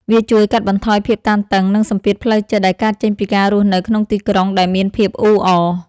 វាជួយកាត់បន្ថយភាពតានតឹង និងសម្ពាធផ្លូវចិត្តដែលកើតចេញពីការរស់នៅក្នុងទីក្រុងដែលមានភាពអ៊ូអរ។